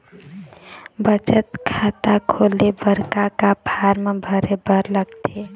बचत खाता खोले बर का का फॉर्म भरे बार लगथे?